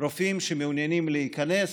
רופאים שמעוניינים להיכנס.